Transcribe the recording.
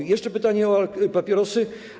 Mam jeszcze pytanie o papierosy.